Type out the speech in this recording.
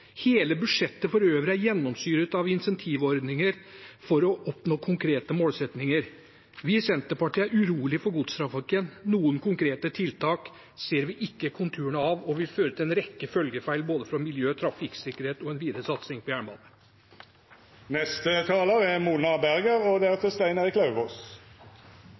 Hele budsjettet for øvrig er gjennomsyret av incentivordninger for å oppnå konkrete målsettinger. Vi i Senterpartiet er urolige for godstrafikken. Noen konkrete tiltak ser vi ikke konturene av, og det vil føre til en rekke følgefeil, både for miljø, trafikksikkerhet og en videre satsing på jernbanen. Rett overfor der jeg bor, går Trønderbanen. Banen er